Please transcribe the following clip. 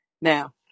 Now